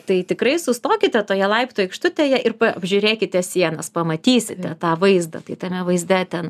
tai tikrai sustokite toje laiptų aikštutėje ir apžiūrėkite sienas pamatysite tą vaizdą tai tame vaizde ten